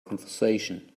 conversation